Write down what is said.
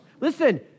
Listen